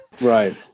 Right